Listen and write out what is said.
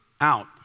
out